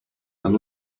and